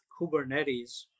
Kubernetes